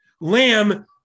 Lamb